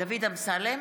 דוד אמסלם,